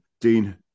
Dean